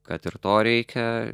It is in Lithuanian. kad ir to reikia